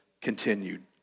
continued